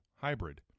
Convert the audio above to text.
Hybrid